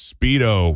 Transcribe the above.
Speedo